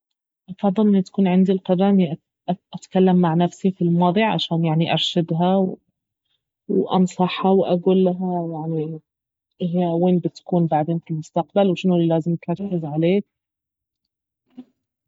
افضل ان تكون عندي القدرة اني أتكلم مع نفسي في الماضي عشان يعني ارشدها وانصحها واقولها يعني اهي وين بتكون بعدين في المستقبل وشنو الي لازم تركز عليه